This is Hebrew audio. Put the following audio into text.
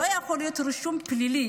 לא יכול להיות שרישום פלילי,